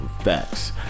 Facts